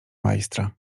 majstra